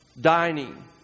dining